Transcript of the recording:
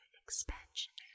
expansion